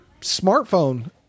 smartphone